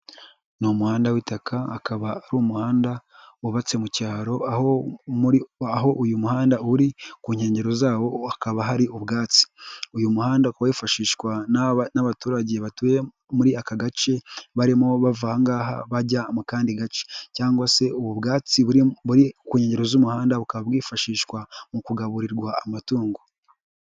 Ni umuhanda w'itaka akaba ari umuhanda wubatse mu cyaro aho aho uyu muhanda uri ku nkengero zawo hakaba hari ubwatsi uyu muhanda ukaba wifashishwa n'abaturage batuye muri aka gace barimo bava ahangaha bajya mu kandi gace cyangwa se ubu bwatsi buri ku nkengero z'umuhanda bukaba bwifashishwa mu kugaburirwa amatungo.